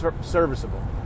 serviceable